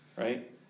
Right